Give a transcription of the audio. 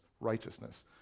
righteousness